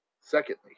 Secondly